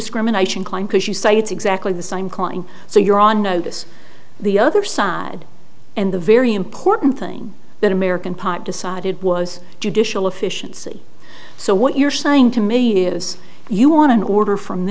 discrimination claim because you say it's exactly the same coin so you're on notice the other side and the very important thing that american part decided was judicial efficiency so what you're saying to me is you want to order from